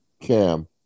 cam